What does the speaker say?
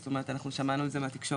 זאת אומרת, אנחנו שמענו על זה מהתקשורת.